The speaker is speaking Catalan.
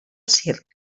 circ